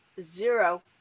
zero